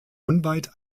unweit